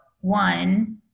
one